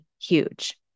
huge